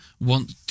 want